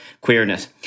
queerness